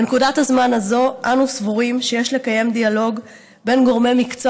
בנקודת הזמן הזאת אנו סבורים שיש לקיים דיאלוג בין גורמי מקצוע